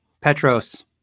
Petros